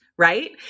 right